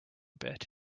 bit